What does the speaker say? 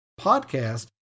podcast